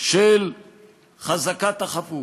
של חזקת החפות.